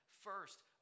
first